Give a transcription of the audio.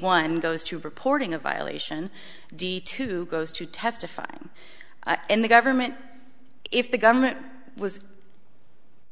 one goes to reporting a violation d to goes to testify in the government if the government was